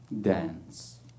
Dance